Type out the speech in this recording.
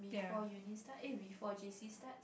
before uni start eh before J_C starts